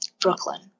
Brooklyn